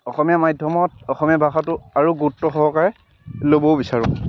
অসমীয়া মাধ্যমত অসমীয়া ভাষাটো আৰু গুৰুত্ব সহকাৰে ল'ব বিচাৰোঁ